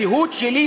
הזהות שלי,